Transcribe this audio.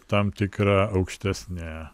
tam tikra aukštesnė